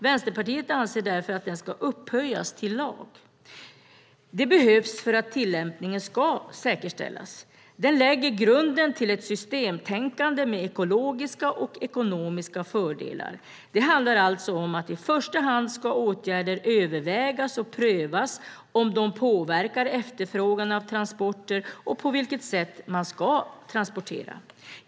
Vänsterpartiet anser därför att den ska upphöjas till lag. Det behövs för att tillämpningen ska säkerställas. Den lägger grunden till ett systemtänkande med ekologiska och ekonomiska fördelar. I det första steget ska man överväga och pröva om åtgärder påverkar efterfrågan på transporter och på vilket sätt man ska transportera.